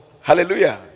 Hallelujah